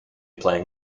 playing